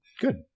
Good